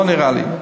לא נראה לי.